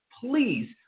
Please